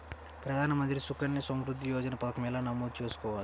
ప్రధాన మంత్రి సుకన్య సంవృద్ధి యోజన పథకం ఎలా నమోదు చేసుకోవాలీ?